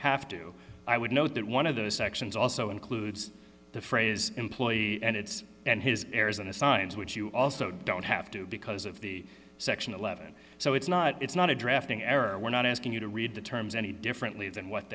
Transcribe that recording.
have to i would note that one of those sections also includes the phrase employee and his arizona signs which you also don't have to because of the section eleven so it's not it's not a drafting error we're not asking you to read the terms any differently than what